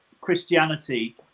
Christianity